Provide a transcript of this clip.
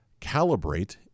calibrate